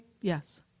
yes